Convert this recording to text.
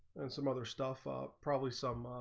and some other stuff are probably some